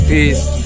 Peace